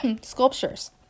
sculptures